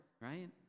right